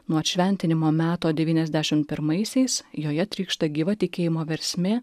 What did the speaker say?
nuo atšventinimo meto devyniasdešimt pirmaisiais joje trykšta gyva tikėjimo versmė